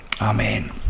Amen